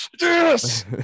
Yes